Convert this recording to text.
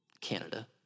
Canada